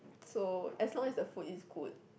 so as long as the food is good